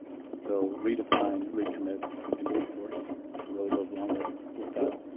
so redefine, re-commitment, and resource really goes along with with that.